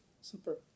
Super